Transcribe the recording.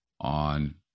on